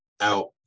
out